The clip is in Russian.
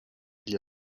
для